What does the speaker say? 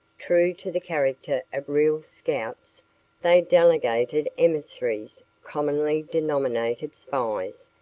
true to the character of real scouts they delegated emissaries, commonly denominated spies,